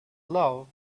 love